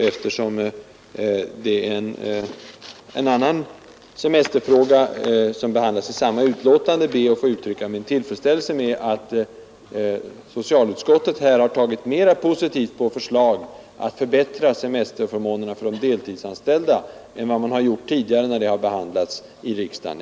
Eftersom en annan semestermotion behandlas i samma betänkande skall jag be att få uttrycka min tillfredsställelse över, att socialutskottet har tagit mer positivt på förslaget att förbättra semesterförmånerna för de deltidsanställda än vad man gjort tidigare när denna fråga behandlats i riksdagen.